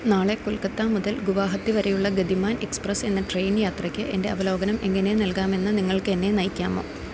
നാളെ കൊൽക്കത്ത മുതൽ ഗുവാഹത്തി വരെയുള്ള ഗതിമാൻ എക്സ്പ്രസ്സ് എന്ന ട്രെയിൻ യാത്രയ്ക്ക് എൻ്റെ അവലോകനം എങ്ങനെ നൽകാമെന്ന് നിങ്ങൾക്കെന്നെ നയിക്കാമോ